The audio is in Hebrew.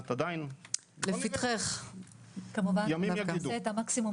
נעשה את המקסימום